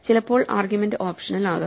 ചിലപ്പോൾ argument optional ആകാം